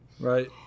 right